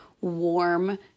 warm